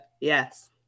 yes